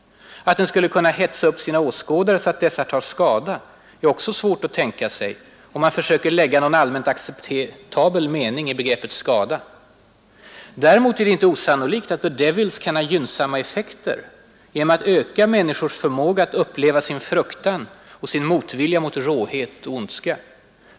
Att den skulle kunna hetsa upp sina åskådare så att dessa tar skada är också svårt att tänka sig, om man försöker lägga någon allmänt acceptabel mening i begreppet ”skada”. Däremot är det inte osannolikt att ”The Devils” kan ha gynnsamma effekter genom att öka människors förmåga att uppleva sin fruktan och motvilja mot råhet och ondska.